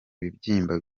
ibibyimba